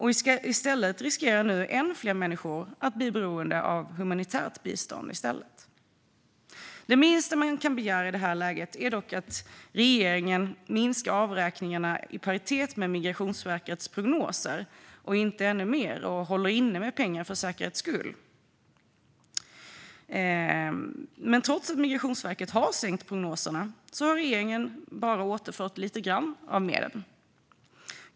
I stället riskerar nu än fler människor att bli beroende av humanitärt bistånd. Det minsta man kan begära i det här läget är att regeringen minskar avräkningarna i paritet med Migrationsverkets prognoser och inte håller inne pengar för säkerhets skull. Men trots att Migrationsverket har sänkt prognoserna har regeringen bara återfört lite grann av medlen.